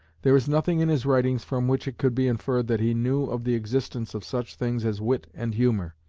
there is nothing in his writings from which it could be inferred that he knew of the existence of such things as wit and humour.